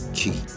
key